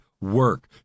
work